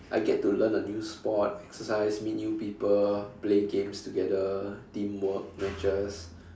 I get to learn a new sport exercise meet new people play games together teamwork matches